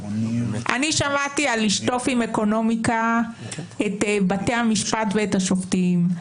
אני שמעתי על לשטוף עם אקונומיקה את בתי המשפט ואת השופטים,